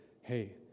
hey